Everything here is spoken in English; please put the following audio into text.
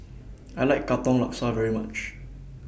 I like Katong Laksa very much